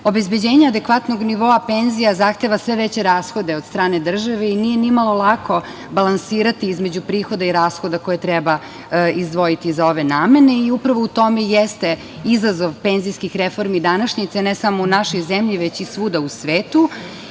obezbeđenje adekvatnog nivoa penzija zahteva sve veće rashode od strane države i nije ni malo lako balansirati između prihoda i rashoda koje treba izdvojiti za ove namene i upravo u tome i jeste izazov penzijskih reformi današnjice, ne samo u našoj zemlji, veći i svuda u svetu,